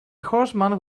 horseman